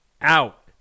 out